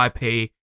ip